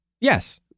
Yes